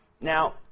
Now